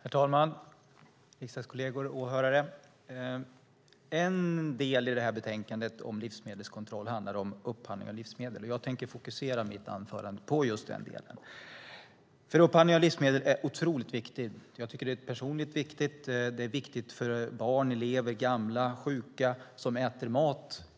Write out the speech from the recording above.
Herr talman, riksdagskolleger och åhörare! En del av betänkandet om livsmedelskontroll handlar om upphandling av livsmedel. Jag tänker fokusera mitt anförande på just denna del. Upphandling av livsmedel är otroligt viktigt. Jag tycker personligen att det är viktigt. Det är viktigt för barn, elever, gamla och sjuka som äter